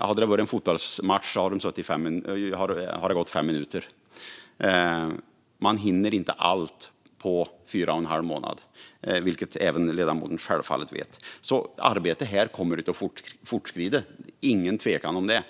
Hade det varit en fotbollsmatch hade det gått fem minuter. Man hinner inte allt på fyra och en halv månad, vilket även ledamoten självfallet vet. Arbetet kommer att fortskrida. Det är ingen tvekan om det.